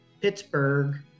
pittsburgh